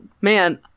man